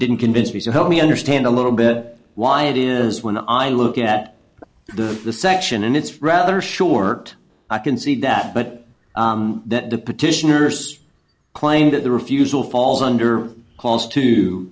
didn't convince me so help me understand a little bit why it is when i look at the the section in it's rather short i concede that but that the petitioners claim that the refusal falls under calls to